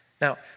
Now